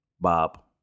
Bob